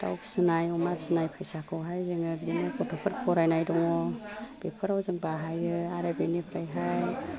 दाउ फिनाय अमा फिनाय फैसाखौहाय जोङो बिदिनो गथ'फोर फरायना दङ बेफोराव जों बाहायो आरो बेनिफ्रायहाय